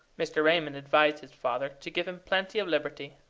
mr. raymond advised his father to give him plenty of liberty.